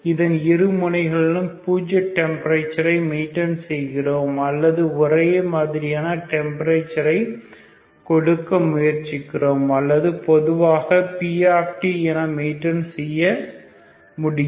அதன் இரு முனைகளும் பூஜ்ஜிய டெம்பரேச்சர் மெயின்டைன் செய்கிறோம் அல்லது ஒரே மாதிரியான டெம்பரேச்சர் கொடுக்கிறோம் அல்லது பொதுவாக pஎன மெயின்டைன் செய்ய முடியும்